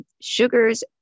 sugars